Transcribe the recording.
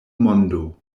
mondo